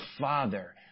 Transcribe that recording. Father